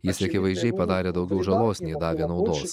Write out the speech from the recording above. jis akivaizdžiai padarė daugiau žalos nei davė naudos